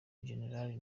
jenerali